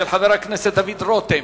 של חבר הכנסת דוד רותם,